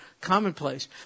Commonplace